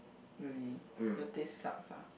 really your taste sucks ah